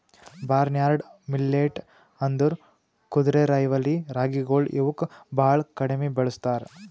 barnyard millet ಅಂದುರ್ ಕುದುರೆರೈವಲಿ ರಾಗಿಗೊಳ್ ಇವುಕ್ ಭಾಳ ಕಡಿಮಿ ಬೆಳುಸ್ತಾರ್